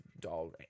doll